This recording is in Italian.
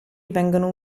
vengono